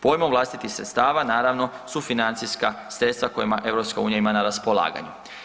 Pojmom vlastitih sredstava, naravno, su financijska sredstva kojima EU ima na raspolaganju.